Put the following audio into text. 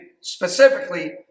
specifically